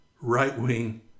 right-wing